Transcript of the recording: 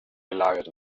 gelagert